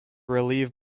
relieve